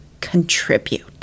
contribute